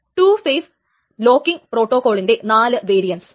അത് conflict view serializable കാര്യങ്ങളും എന്നിവ തമ്മിലുള്ള വ്യത്യാസമാണ്